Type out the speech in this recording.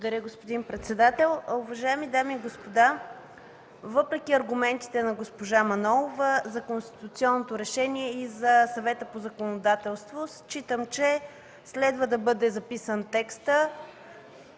Благодаря, господин председател. Уважаеми дами и господа, въпреки аргументите на госпожа Манолова за конституционното решение и за Съвета по законодателството, считам, че следва да бъде записан текстът